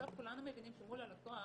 בסוף כולנו מבינים שמול הלקוח